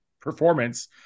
performance